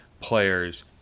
players